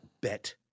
bet